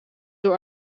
door